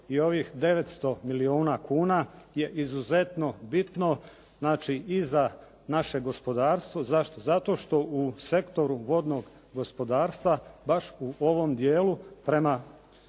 i ovih 900 milijuna kuna je izuzetno bitno, znači i za naše gospodarstvo. Zašto? Zato što u sektoru vodnog gospodarstva baš u ovom dijelu prema